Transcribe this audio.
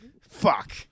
Fuck